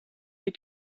les